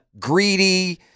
Greedy